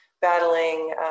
battling